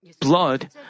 blood